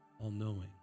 all-knowing